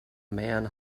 man